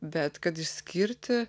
bet kad išskirti